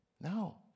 No